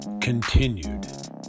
continued